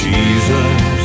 Jesus